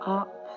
up